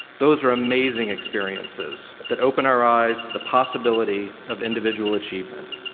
those are amazing experiences but that open our eyes to the possibility of individual achievement.